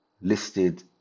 listed